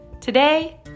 Today